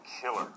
killer